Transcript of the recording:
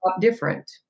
different